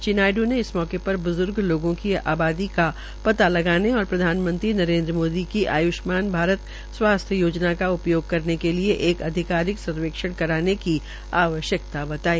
श्री नायड् ने इस मौके प ब्जुर्ग लोगों की आबादी का पता लगाने और प्रधानमंत्री नरेन्द्र मोदी की आयष्मान भारत स्वासथ्य योजना का उपयोग करने के लिए अधिकारिक सर्वेक्षण करने की आवश्यक्ता बताई